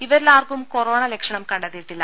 ഇവരിലാർക്കും corona ലക്ഷണം കണ്ടെത്തിയിട്ടില്ല